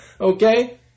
okay